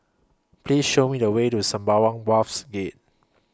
Please Show Me The Way to Sembawang Wharves Gate